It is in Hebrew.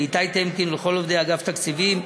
לאיתי טמקין ולכל עובדי אגף התקציבים,